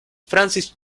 francis